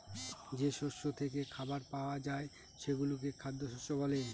যে শস্য থেকে খাবার পাওয়া যায় সেগুলোকে খ্যাদ্যশস্য বলে